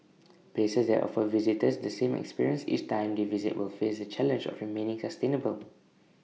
places that offer visitors the same experience each time they visit will face the challenge of remaining sustainable